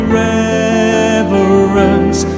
reverence